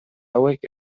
hauek